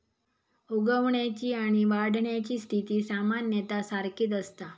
उगवण्याची आणि वाढण्याची स्थिती सामान्यतः सारखीच असता